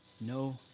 no